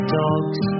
dogs